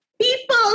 people